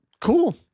cool